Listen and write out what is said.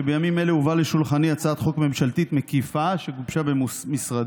שבימים אלה הובאה לשולחני הצעת חוק ממשלתית מקיפה וכוללת שגובשה במשרדי